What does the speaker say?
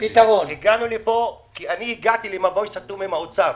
הגענו לפה כי הגעתי למבוי סתום עם האוצר.